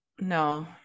No